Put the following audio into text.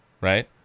right